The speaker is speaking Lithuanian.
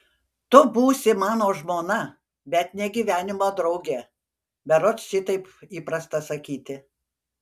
tu būsi mano žmona bet ne gyvenimo draugė berods šitaip įprasta sakyti